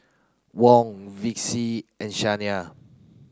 Wong Vicy and Shaina